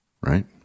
right